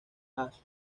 jazz